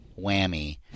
Whammy